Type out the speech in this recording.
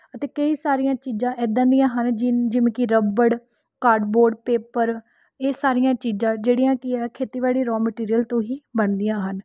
ਅਤੇ ਕਈ ਸਾਰੀਆਂ ਚੀਜ਼ਾਂ ਏਦਾਂ ਦੀਆਂ ਹਨ ਜਿਵੇਂ ਜਿਵੇਂ ਕਿ ਰਬੜ੍ਹ ਕਾਡਬੌਡ ਪੇਪਰ ਇਹ ਸਾਰੀਆਂ ਚੀਜ਼ਾਂ ਜਿਹੜੀਆਂ ਕੀ ਹੈ ਖੇਤੀਬਾੜੀ ਰੋਅ ਮਟੀਰੀਅਲ ਤੋਂ ਹੀ ਬਣਦੀਆਂ ਹਨ